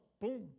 boom